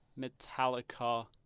Metallica